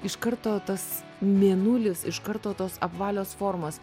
iš karto tas mėnulis iš karto tos apvalios formos